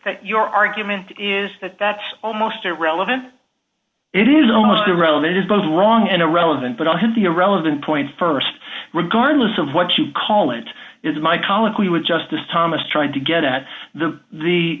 that your argument is that that's almost irrelevant it is almost irrelevant is both wrong and irrelevant but i'll hit the irrelevant point st regardless of what you call it is my colloquy with justice thomas trying to get at the the